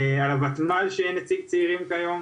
על הוותמ"ל, שגם שם אין נציג צעירים כרגע,